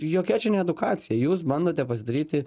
jokia čia ne edukacija jūs bandote pasidaryti